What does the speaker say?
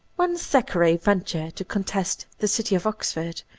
when thackeray ventured to contest the city of oxford,